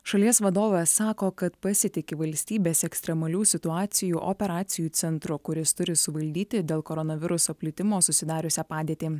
šalies vadovė sako kad pasitiki valstybės ekstremalių situacijų operacijų centru kuris turi suvaldyti dėl koronaviruso plitimo susidariusią padėtį